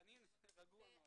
--- אני רגוע מאוד.